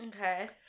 okay